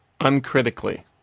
uncritically